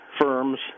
firms